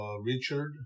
Richard